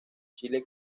chile